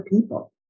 people